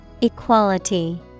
Equality